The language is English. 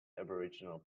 aboriginal